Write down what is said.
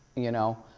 you know?